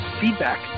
feedback